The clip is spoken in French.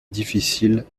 difficile